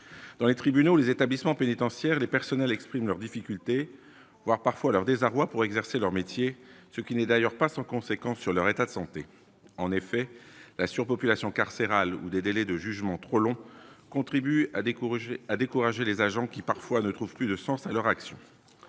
dans les tribunaux, les établissements pénitentiaires les personnels expriment leurs difficultés, voire parfois leur désarroi pour exercer leur métier, ce qui n'est d'ailleurs pas sans conséquence sur leur état de santé, en effet, la surpopulation carcérale ou des délais de jugement trop long contribuent à décourager à décourager les agents qui parfois ne trouvent plus de sens à leur action,